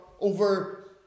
over